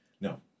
no